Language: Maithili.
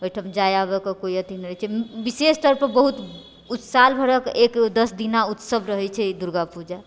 ओहिठाम जाय आबैके कोइ अथी नहि रहैत छै विशेष तौर पर बहुत ओ साल भरक दश दिना उत्सव रहैत छै ई दुर्गा पूजा